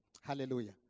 Hallelujah